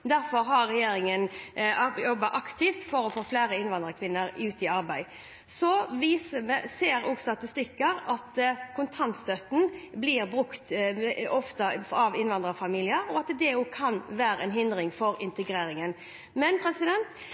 Derfor har regjeringen jobbet aktivt for å få flere innvandrerkvinner ut i arbeid. Statistikker viser at kontantstøtten ofte blir brukt av innvandrerfamilier, og det kan være en hindring for integreringen. Men